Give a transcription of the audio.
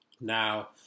Now